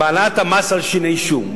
בהעלאת המס על שיני שום.